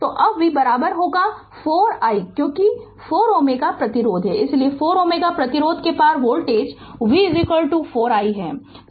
तो अब V 4 i क्योंकि 4 Ω प्रतिरोध है इसलिए 4 Ω प्रतिरोध के पार वोल्टेज V 4 i है